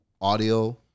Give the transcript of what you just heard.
audio